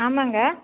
ஆமாங்க